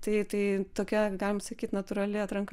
tai tai tokia galima sakyt natūrali atranka